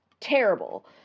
terrible